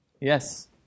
Yes